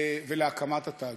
ולהקמת התאגיד.